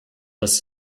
dass